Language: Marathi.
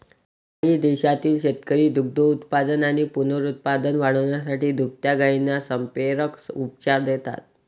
काही देशांतील शेतकरी दुग्धोत्पादन आणि पुनरुत्पादन वाढवण्यासाठी दुभत्या गायींना संप्रेरक उपचार देतात